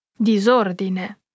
Disordine